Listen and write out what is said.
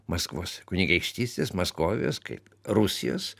maskvos kunigaikštystės maskovijos kaip rusijos